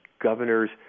governor's